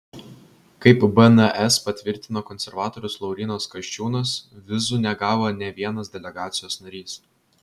kaip bns patvirtino konservatorius laurynas kasčiūnas vizų negavo nė vienas delegacijos narys